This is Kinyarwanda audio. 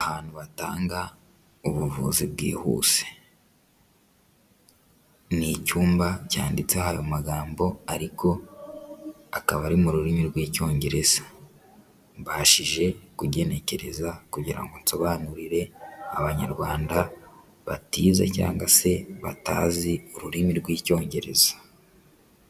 Ahantu batanga ubuvuzi bwihuse, ni icyumba cyanditse ayo magambo ariko akaba ari mu rurimi rw'Icyongereza, mbashije kugenekereza kugira ngo nsobanurire abanyarwanda batize cyangwa se batazi ururimi rw'Icyongereza.